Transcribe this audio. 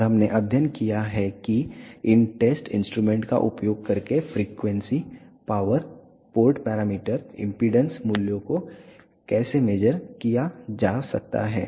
और हमने अध्ययन किया है कि इन टेस्ट इंस्ट्रूमेंटस का उपयोग करके frequency power port parameter impedance मूल्यों को कैसे मेज़र किया जा सकता है